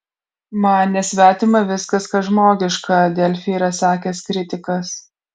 man nesvetima viskas kas žmogiška delfi yra sakęs kritikas